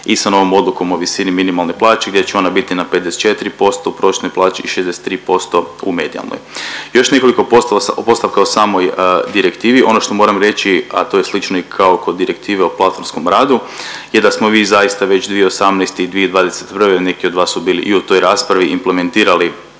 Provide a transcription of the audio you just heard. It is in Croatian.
i sa novom odlukom o visini minimalne plaće, gdje će ona biti na 54% prosječne plaće i 63% u medijalnoj. Još nekoliko postavka o samoj direktivi, ono što moram reći, a to je slično kao i kao kod Direktive o platformskom radu, je da smo mi zaista već 2018. i 2021., neki od vas su bili i u toj raspravi, implementirali